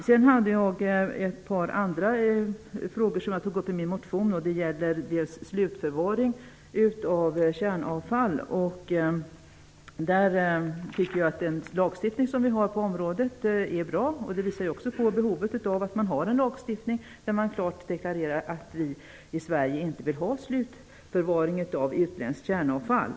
Vidare tog jag upp ett par andra frågor i min motion. De gällde bl.a. slutförvaring av kärnavfall. Den lagstiftning som finns på området är bra. Det visar också på behovet av en lagstiftning där det klart framgår att vi i Sverige inte vill ha slutförvaring av utländskt kärnavfall.